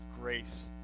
grace